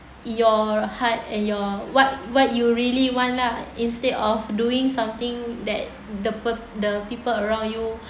your heart and your what what you really want lah instead of doing something that the p~ the people around you